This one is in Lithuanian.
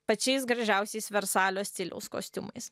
pačiais gražiausiais versalio stiliaus kostiumais